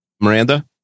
Miranda